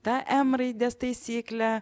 tą m raidės taisyklę